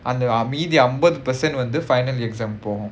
மீதி அம்பது:meethi ambathu percent வந்து:vanthu final exam போகும்:pogum